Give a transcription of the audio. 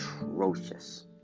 atrocious